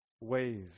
ways